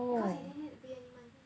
because he didn't pay any money